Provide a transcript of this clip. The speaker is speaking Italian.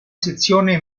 sezione